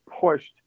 pushed